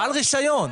בעל רישיון.